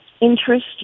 interest